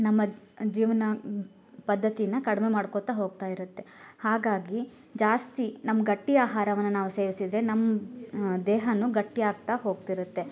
ನಮ್ಮ ಜೀವನ ಪದ್ಧತಿನ ಕಡಿಮೆ ಮಾಡ್ಕೊತಾ ಹೋಗ್ತಾಯಿರತ್ತೆ ಹಾಗಾಗಿ ಜಾಸ್ತಿ ನಮ್ಮ ಗಟ್ಟಿ ಆಹಾರವನ್ನ ನಾವು ಸೇವಿಸಿದ್ದರೆ ನಮ್ಮ ದೇಹಾನು ಗಟ್ಟಿ ಆಗ್ತಾ ಹೋಗ್ತಿರತ್ತೆ